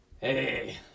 hey